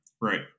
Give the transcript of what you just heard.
right